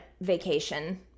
vacation